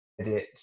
edit